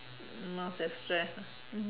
not as stressed lah mm